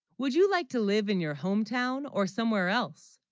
would you like to live in your hometown or somewhere else